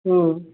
हम्म